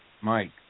Mike